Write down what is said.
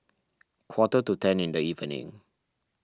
quarter to ten in the evening